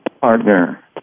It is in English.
partner